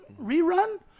rerun